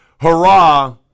hurrah